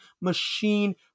Machine